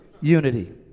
unity